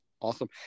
Awesome